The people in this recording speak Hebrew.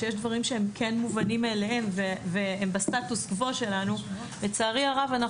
שיש דברים שהם כן מובנים מאליהם והם בסטטוס קוו שלנו לצערי הרב.